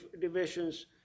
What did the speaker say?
divisions